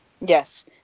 Yes